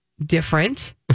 different